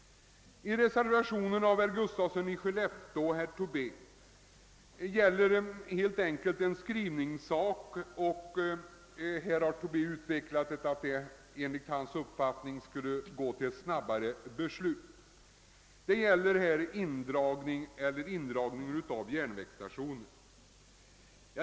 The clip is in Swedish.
I reservationen av herrar Gustafsson i Skellefteå och Tobé föreslås en skrivning, som enligt vad herr Tobé har utvecklat skulle leda till noggrannare behandling när det gäller indragning av järnvägsstationer.